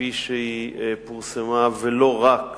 כפי שפורסמה, ולא רק